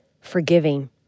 forgiving